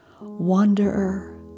wanderer